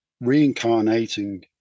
reincarnating